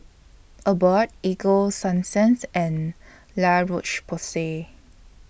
Abbott Ego Sunsense and La Roche Porsay